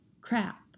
Crap